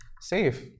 safe